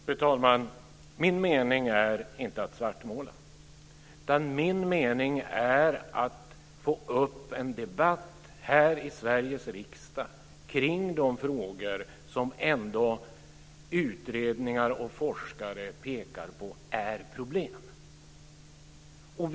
Fru talman! Min mening är inte att svartmåla. Min mening är att få upp en debatt här i Sveriges riksdag kring de frågor som ändå utredningar och forskare pekar på att det är problem med.